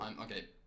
Okay